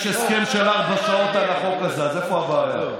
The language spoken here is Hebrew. יש הסכם של ארבע שעות על החוק הזה, אז איפה הבעיה?